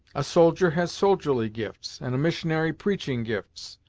a soldier has soldierly gifts, and a missionary preaching gifts.